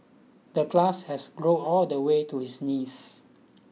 the glass has grow all the way to his knees